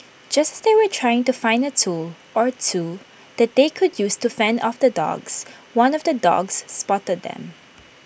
just as they were trying to find A tool or two that they could use to fend off the dogs one of the dogs spotted them